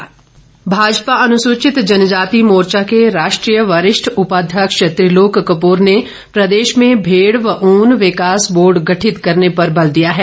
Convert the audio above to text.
त्रिलोक कपूर भाजपा अनुसूचित जनजाति मोर्चा के राष्ट्रीय वरिष्ठ उपाध्यक्ष त्रिलोक कपूर ने प्रदेश में भेड़ व ऊन विकास बोर्ड गठित करने पर बल दिया है